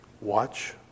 watch